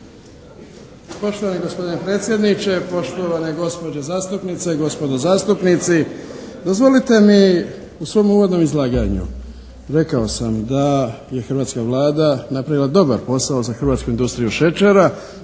Poštovani gospodine predsjedniče, poštovane gospođe zastupnice i gospodo zastupnici. Dozvolite mi u svom uvodnom izlaganju rekao sam da je hrvatska Vlada napravila dobar posao za hrvatsku industriju šećera